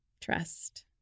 trust